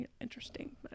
interesting